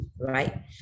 right